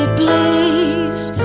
please